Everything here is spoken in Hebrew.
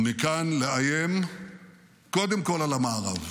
ומכאן לאיים קודם כול על המערב.